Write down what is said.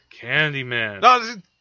Candyman